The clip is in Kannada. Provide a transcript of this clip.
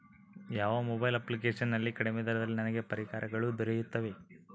ಯಾವ ಮೊಬೈಲ್ ಅಪ್ಲಿಕೇಶನ್ ನಲ್ಲಿ ಕಡಿಮೆ ದರದಲ್ಲಿ ನನಗೆ ಪರಿಕರಗಳು ದೊರೆಯುತ್ತವೆ?